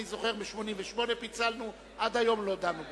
אני זוכר שב-1988 פיצלנו, עד היום לא דנו בזה.